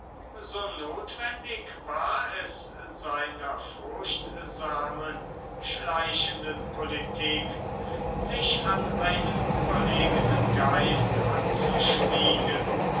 so nothwendig war es seiner furchtsamen schleichenden politik sich an einen überlegenen geist anzuschmiegen